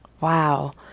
Wow